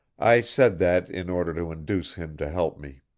i said that in order to induce him to help me.